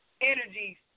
energy